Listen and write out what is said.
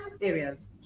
areas